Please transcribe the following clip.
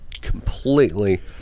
completely